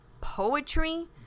poetry